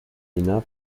enough